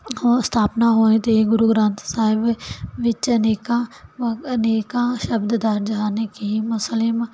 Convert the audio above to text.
ਉਹ ਸਥਾਪਨਾ ਹੋਏ ਅਤੇ ਗੁਰੂ ਗ੍ਰੰਥ ਸਾਹਿਬ ਵਿੱਚ ਅਨੇਕਾਂ ਅਨੇਕਾਂ ਸ਼ਬਦ ਦਰਜ ਹਨ ਕਿ ਮੁਸਲਿਮ